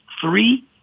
three